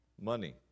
Money